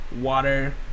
water